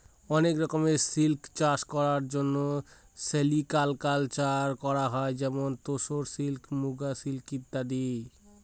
অনেক রকমের সিল্ক চাষ করার জন্য সেরিকালকালচার করা হয় যেমন তোসর সিল্ক, মুগা সিল্ক ইত্যাদি